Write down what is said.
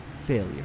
failure